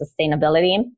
sustainability